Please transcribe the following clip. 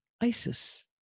Isis